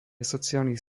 sociálnych